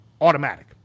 automatic